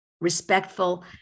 respectful